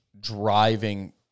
driving